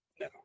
No